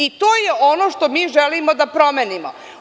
I to je ono što mi želimo da promenimo.